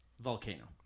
volcano